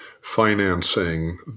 financing